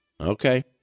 Okay